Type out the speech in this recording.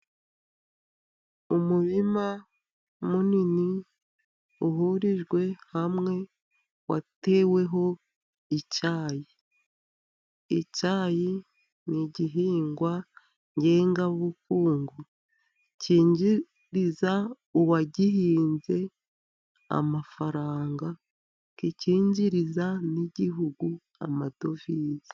Umurima munini uhurijwe hamwe, wateweho icyayi. Icyayi ni igihingwa ngengabukungu cyinjiriza uwagihinze amafaranga, kikinjiriza n'igihugu amadovize.